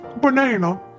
banana